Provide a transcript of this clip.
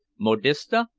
modiste,